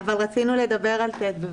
אבל רצינו לדבר על (ט).